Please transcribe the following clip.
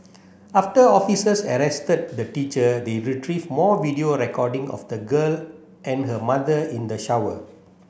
after officers arrested the teacher they retrieved more video recording of the girl and her mother in the shower